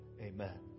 Amen